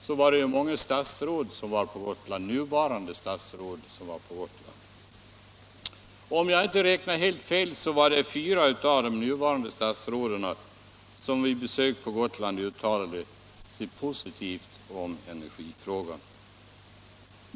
Om jag inte räknar helt fel uttalade sig vid besök på Gotland fyra av de nuvarande statsråden positivt i energifrågan.